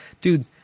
Dude